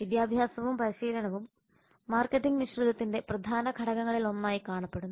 വിദ്യാഭ്യാസവും പരിശീലനവും മാർക്കറ്റിംഗ് മിശ്രിതത്തിന്റെ പ്രധാന ഘടകങ്ങളിലൊന്നായി കാണപ്പെടുന്നു